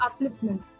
upliftment